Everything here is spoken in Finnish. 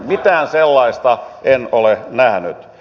mitään sellaista en ole nähnyt